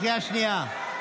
קריאה שנייה.